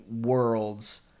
worlds